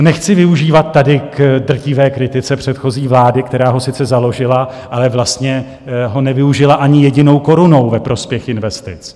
To nechci využívat tady k drtivé kritice předchozí vlády, která ho sice založila, ale vlastně ho nevyužila ani jedinou korunou ve prospěch investic.